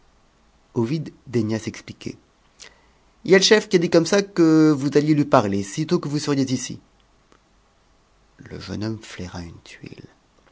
ovide daigna s'expliquer y a le chef qui a dit comme ça que vous alliez lui parler sitôt que vous seriez ici le jeune homme flaira une tuile